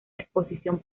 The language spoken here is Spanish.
exposición